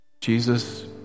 Jesus